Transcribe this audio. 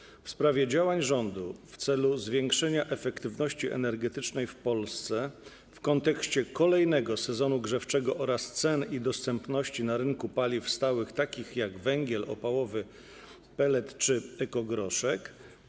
To pytanie w sprawie działań rządu w celu zwiększenia efektywności energetycznej w Polsce w kontekście kolejnego sezonu grzewczego oraz cen i dostępności na rynku paliw stałych takich jak węgiel opałowy, pelet czy ekogroszek.